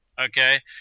Okay